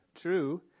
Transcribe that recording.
true